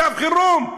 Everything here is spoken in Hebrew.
מצב חירום,